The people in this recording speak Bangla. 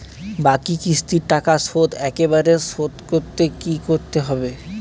বাকি কিস্তির টাকা শোধ একবারে শোধ করতে কি করতে হবে?